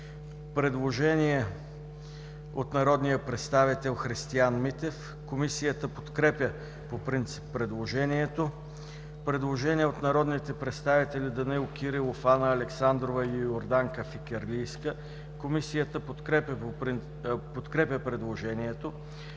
Предложение на народния представител Христиан Митев. Комисията подкрепя по принцип предложението. Предложение на народните представители Данаил Кирилов, Анна Александрова и Йорданка Фикирлийска. Комисията подкрепя предложението.